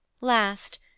Last